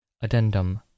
Addendum